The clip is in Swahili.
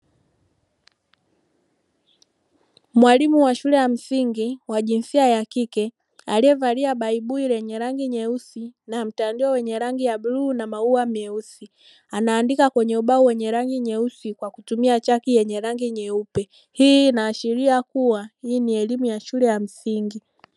Mwalimu wa shule ya msingi aliyevalia baibui lenye rangi nyeusi na mtandio wenye rangi ya bluu na maua meusi anaandika kwenye ubao wenye rangi nyeusi kwa kutumia chaki yenye rangi nyeupe. Hii inaashiria kuwa hii ni elimu ya shule ya msingi.